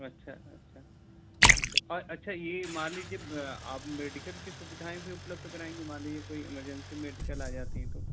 अच्छा अच्छा अच्छा और अच्छा ये मान लीजिए आप मेडिकल की सुविधाएं भी उपलब्ध कराएंगे मान लीजिए कोई इमरजेंसी मेडिकल आ जाती है तो